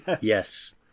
Yes